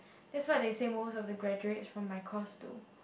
that's what they say most of the graduates from my course do